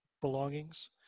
belongings